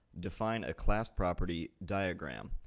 define a class property diagram.